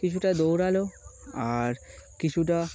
কিছুটা দৌড়ালো আর কিছুটা